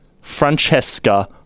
Francesca